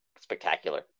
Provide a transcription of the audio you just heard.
spectacular